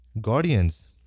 Guardians